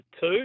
two